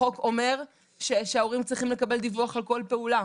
החוק אומר שההורים צריכים לקבל דיווח על כל פעולה.